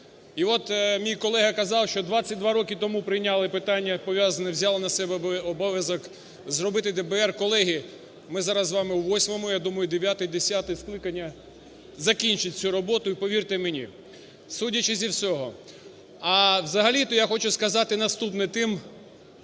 І от мій колега казав, що 22 роки тому прийняли питання, пов'язане… взяли на себе обов'язок зробити ДБР. Колеги, ми зараз з вами у восьмому, я думаю, 9-10 скликання закінчить цю роботу. І повірте мені, судячи зі всього. А взагалі-то я хочу сказати наступне тим